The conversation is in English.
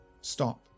Stop